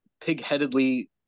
pig-headedly